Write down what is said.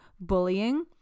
Bullying